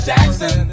Jackson